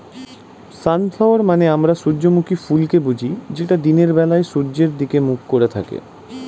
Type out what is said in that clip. sunflower মানে আমরা সূর্যমুখী ফুলকে বুঝি যেটা দিনের বেলায় সূর্যের দিকে মুখ করে থাকে